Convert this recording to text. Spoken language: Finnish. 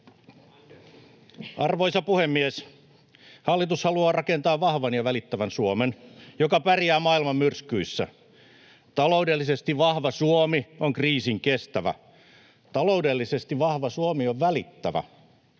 Arvoisa puhemies! Hallitus haluaa rakentaa vahvan ja välittävän Suomen, joka pärjää maailman myrskyissä. Taloudellisesti vahva Suomi on kriisinkestävä. Taloudellisesti vahva Suomi on välittävä.